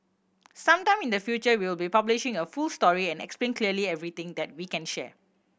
some time in the future we will be publishing a full story and explain clearly everything that we can share